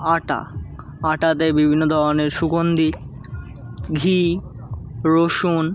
আটা আটা দেয় বিভিন্ন ধরনের সুগন্ধী ঘি রসুন